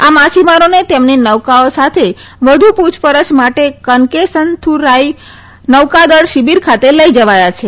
આ માછીમારોને તેમની નૌકાઓ સાથે વધુ પુછપરછ માટે કનકેસંથુરાઈ નૌકાદળ શિબિર ખાતે લઈ જવાયા છે